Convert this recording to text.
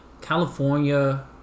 California